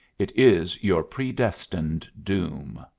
it is your predestined doom.